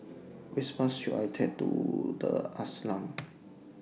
Which Bus should I Take to The Ashram